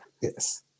Yes